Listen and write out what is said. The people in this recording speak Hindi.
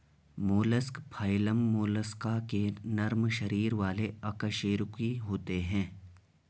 मोलस्क फाइलम मोलस्का के नरम शरीर वाले अकशेरुकी होते हैं